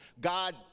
God